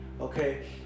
okay